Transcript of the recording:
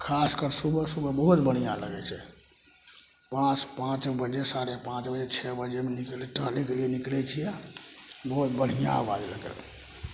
खासकर सुबह सुबह बहुत बढ़िआँ लगै छै पाँच पाँच बजे साढ़े पाँच बजे छओ बजेमे निकलै छियै टहलैके लिए निकलै छियै बहुत बढ़िआँ आवाज एकर